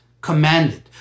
commanded